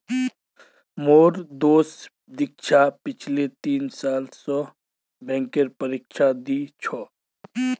मोर दोस्त दीक्षा पिछले तीन साल स बैंकेर परीक्षा दी छ